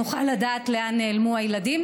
שנוכל לדעת לאן נעלמו הילדים.